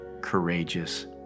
courageous